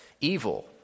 evil